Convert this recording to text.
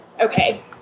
Okay